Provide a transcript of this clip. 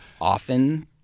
often